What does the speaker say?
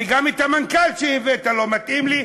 וגם המנכ"ל שהבאת לא מתאים לי,